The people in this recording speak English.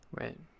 Right